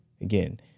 again